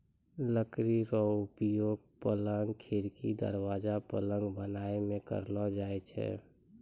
लकड़ी रो उपयोगक, पलंग, खिड़की, दरबाजा, पलंग बनाय मे करलो जाय छै